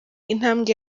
intambwe